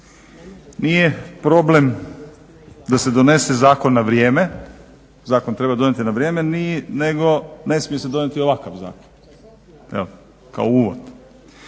Nije problem da se donese zakon na vrijeme, zakon treba donijeti na vrijeme, nego ne smije se donijeti ovakav zakon. Evo, kao uvod.